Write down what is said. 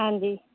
ਹਾਂਜੀ